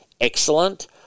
excellent